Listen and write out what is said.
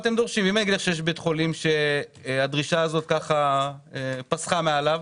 ואם אומר לך שיש בית חולים שהדרישה הזאת פסחה מעליו?